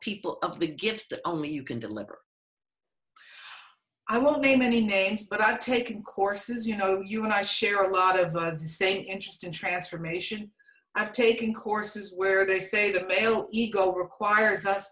people of the gift that only you can deliver i want to name any names but i've taken courses you know you and i share a lot of her same interest in transformation i've taken courses where they say the male ego requires us